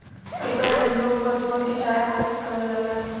एकर परियोग पशुअन के चारा खातिर करल जाला